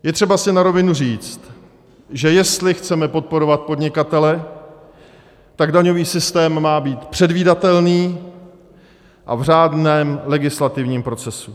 Je třeba si na rovinu říct, že jestli chceme podporovat podnikatele, tak daňový systém má být předvídatelný a v řádném legislativním procesu.